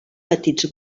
petits